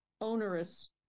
onerous